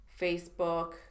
Facebook